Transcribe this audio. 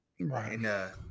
Right